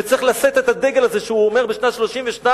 וצריך לשאת את הדגל הזה, שהוא אומר בשנת 1932,